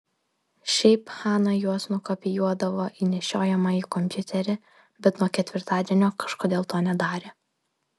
šiaip hana juos nukopijuodavo į nešiojamąjį kompiuterį bet nuo ketvirtadienio kažkodėl to nedarė